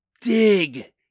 dig